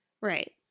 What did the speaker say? Right